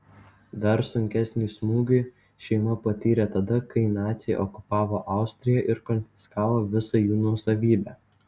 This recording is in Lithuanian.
dar sunkesnį smūgį šeima patyrė tada kai naciai okupavo austriją ir konfiskavo visą jų nuosavybę